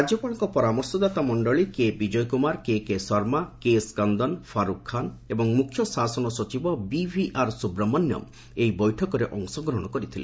ରାଜ୍ୟପାଳଙ୍କ ପରାମର୍ଶଦାତା ମଣ୍ଡଳୀ କେବିଜୟ କ୍ରମାର କେକେ ଶର୍ମା କେ ସ୍କନ୍ଦନ ଫାର୍କ୍ ଖାନ୍ ଏବଂ ମ୍ରଖ୍ୟ ଶାସନ ସଚିବ ବିଭିଆର୍ ସୁବ୍ରମଣ୍ୟମ୍ ଏହି ବୈଠକରେ ଅଂଶଗ୍ରହଣ କରିଥିଲେ